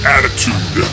Attitude